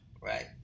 right